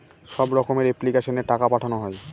সব রকমের এপ্লিক্যাশনে টাকা পাঠানো হয়